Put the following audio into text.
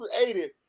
created